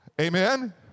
Amen